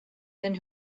then